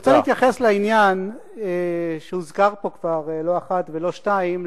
אני רוצה להתייחס לעניין שהוזכר פה כבר לא אחת ולא שתיים,